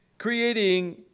creating